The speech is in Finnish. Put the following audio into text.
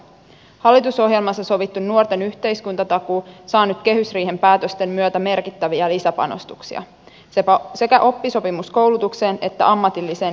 hallitusohjelmassa sovittu nuorten yhteiskuntatakuu saa nyt kehysriihen päätösten myötä merkittäviä lisäpanostuksia feta sekä oppisopimuskoulutuksen että ammatilliseen